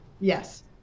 yes